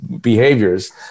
behaviors